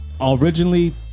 originally